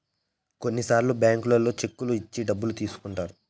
కొన్నిసార్లు బ్యాంకుల్లో చెక్కులు ఇచ్చి డబ్బులు తీసుకుంటారు